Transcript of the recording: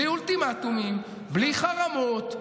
בלי אולטימטומים, בלי חרמות,